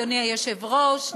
אדוני היושב-ראש,